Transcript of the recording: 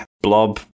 blob